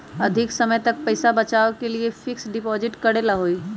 अधिक समय तक पईसा बचाव के लिए फिक्स डिपॉजिट करेला होयई?